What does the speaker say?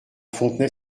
fontenay